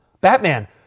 Batman